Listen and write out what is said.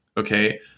Okay